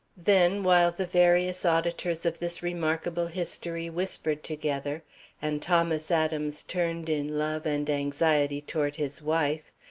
then, while the various auditors of this remarkable history whispered together and thomas adams turned in love and anxiety toward his wife,